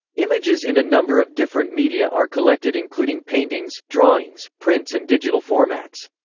images in a number of different media are collected including paintings, drawings, prints and digital formats.